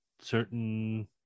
certain